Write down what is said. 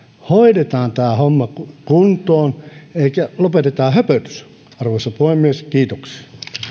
hoidetaan tämä homma kuntoon lopetetaan höpötys arvoisa puhemies kiitoksia